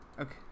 Okay